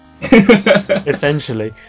Essentially